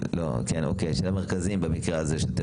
לא, כן, אוקיי, של המרכזים במקרה הזה.